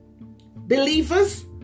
Believers